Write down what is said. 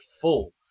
full